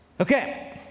Okay